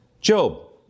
Job